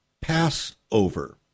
Passover